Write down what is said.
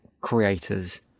creators